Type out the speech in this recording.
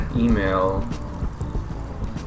email